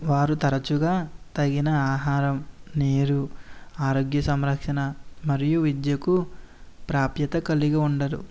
వారు తరచుగా తగిన ఆహారం నీరు ఆరోగ్య సంరక్షణ మరియు విద్యకు ప్రాప్యత కలిగి ఉండరు